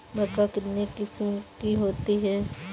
मक्का कितने किस्म की होती है?